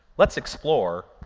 let's explore